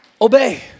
Obey